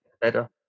better